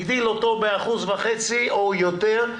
או יותר,